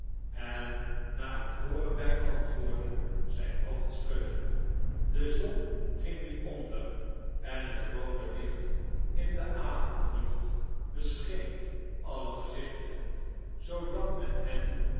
en na het hooren der antwoorden zijn hoofd schudde de zon ging nu onder en het roode licht in de avondlucht bescheen alle gezichten zoodat men hen